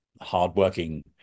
hardworking